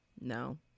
no